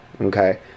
okay